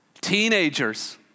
Teenagers